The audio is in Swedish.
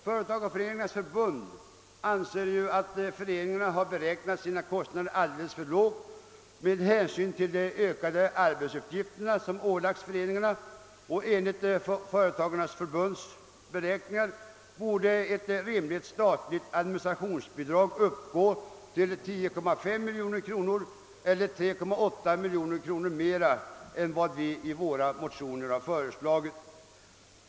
Företagareföreningarnas förbund anser att föreningarna har beräknat sina kostnader alldeles för lågt med hänsyn till de ökade arbetsuppgifter som ålagts föreningarna. Enligt förbundets beräkningar borde ett rimligt statligt administrationsbidrag uppgå till 10,5 miljoner kronor eller 3,8 miljoner kronor mera än vad vi i våra motioner har föreslagit.